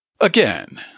Again